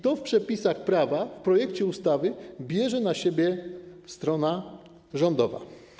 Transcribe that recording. To w przepisach prawa w projekcie ustawy bierze na siebie strona rządowa.